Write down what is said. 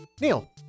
Neil